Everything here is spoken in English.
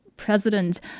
president